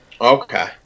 Okay